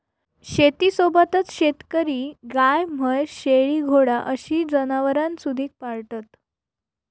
शेतीसोबतच शेतकरी गाय, म्हैस, शेळी, घोडा अशी जनावरांसुधिक पाळतत